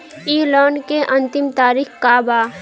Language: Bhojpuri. इ लोन के अन्तिम तारीख का बा?